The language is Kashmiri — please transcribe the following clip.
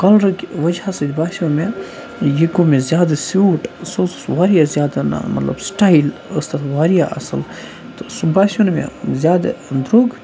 کَلرٕکۍ وجہ سۭتۍ باسیو مےٚ یہِ کامبٕنیشَن زیادٕ سیوٗٹ سُہ حظ اوس واریاہ زیادَن مطلب سٕٹایل ٲس تَتھ واریاہ اَصٕل تہٕ سُہ باسیو نہٕ مےٚ زیادٕ درٛوٚگ